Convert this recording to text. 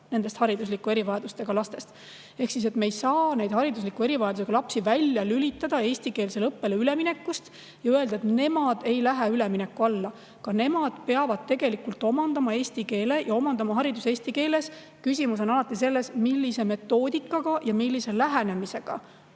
neist haridusliku erivajadusega lastest siis saab? Me ei saa neid hariduslike erivajadustega lapsi välja lülitada eestikeelsele õppele üleminekust ja öelda, et nemad ei lähe ülemineku alla. Ka nemad peavad omandama eesti keele ja omandama hariduse eesti keeles. Küsimus on alati selles, millise metoodikaga ja millise lähenemisega